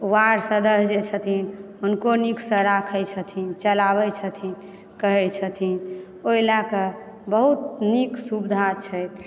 ward सदस्य जे छथिन हुनको नीकसँ राखय छथिन चलाबय छथिन कहय छथिन ओहि लयकऽ बहुत नीक सुविधा छैक